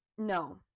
No